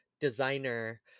designer